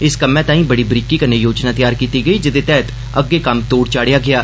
इस कम्मै ताई बड़ी बरीकी कन्नै योजना तैयार कीती गेई जेह्दे तैह्त अग्गे कम्म तोढ़ चाढ़ेआ गेआ